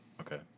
Okay